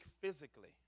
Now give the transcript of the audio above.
physically